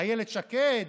אילת שקד,